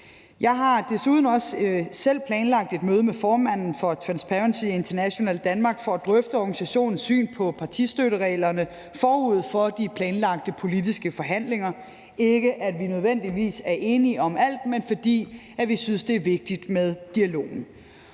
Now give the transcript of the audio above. Jeg har desuden også selv planlagt et møde med formanden for Transparency International Danmark for at drøfte organisationens syn på partistøttereglerne forud for de planlagte politiske forhandlinger – ikke fordi vi nødvendigvis er enige om alt, men fordi vi synes, det er vigtigt med dialogen.